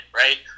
right